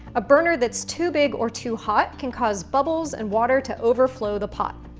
a burner that's too big or too hot can cause bubbles and water to overflow the pot.